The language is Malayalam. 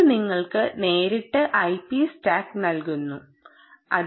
ഇത് നിങ്ങൾക്ക് നേരിട്ട് ഐപി സ്റ്റാക്ക് നൽകുന്നു റഫർ സമയം 0214